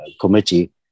committee